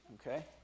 okay